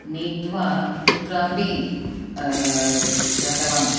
नीत्वा कुत्रापि गतवान्